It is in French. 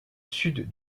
sud